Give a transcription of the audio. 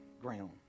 ground